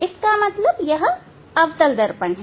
इसका मतलब यह अवतल दर्पण है